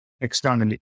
externally